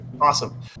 awesome